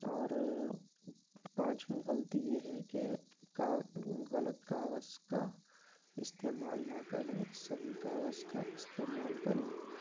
اور پانچویں غلطی یہ ہے کہ غلط کاغذ کا استعمال نہ کریں صحیح کاغذ کا استعمال کریں